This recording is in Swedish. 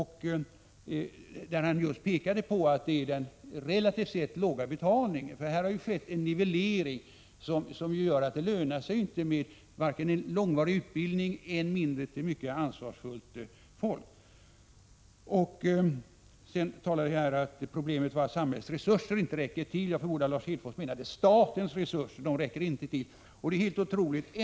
Han pekade på att orsaken just är den relativt sett låga betalningen. Här har ju skett en nivellering som gör att det hela inte lönar sig när det gäller en långvarig utbildning och än mindre när det gäller mycket ansvarsfullt arbete. Lars Hedfors sade också att problemet är att samhällets resurser inte räcker till. Jag förmodar att Lars Hedfors menade att statens resurser inte räcker till. Det är helt otroligt.